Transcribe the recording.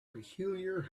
peculiar